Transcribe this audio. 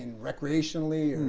and recreationally. and